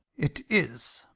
it is!